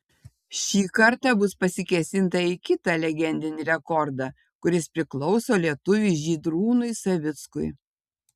šį kartą bus pasikėsinta į kitą legendinį rekordą kuris priklauso lietuviui žydrūnui savickui